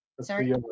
Sorry